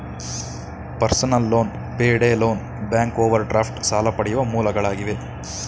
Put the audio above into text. personal loan, pay day loan, bank overdraft ಸಾಲ ಪಡೆಯುವ ಮೂಲಗಳಾಗಿವೆ